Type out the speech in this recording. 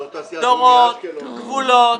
גבולות.